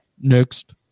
next